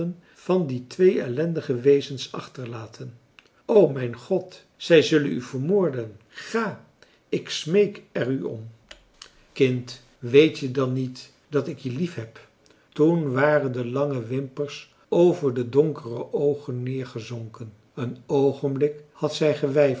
van die twee ellendige wezens achterlaten o mijn god zij zullen u vermoorden ga ik smeek er u om marcellus emants een drietal novellen kind weet je dan niet dat ik je liefheb toen waren de lange wimpers over de donkere oogen neergezonken een oogenblik had zij